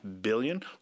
billion